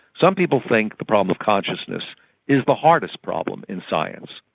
some people think the problem of consciousness is the hardest problem in science.